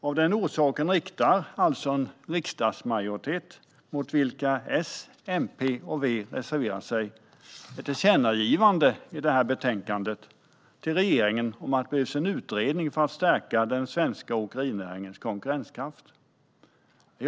Av den orsaken riktar alltså en riksdagsmajoritet ett tillkännagivande till regeringen i detta betänkande, mot vilket S, MP och V reserverar sig, om att det behövs en utredning för att stärka den svenska åkerinäringens konkurrenskraft. Herr ålderspresident!